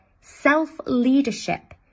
self-leadership